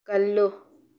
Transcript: ꯀꯜꯂꯨ